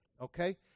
okay